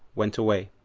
went away.